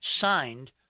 signed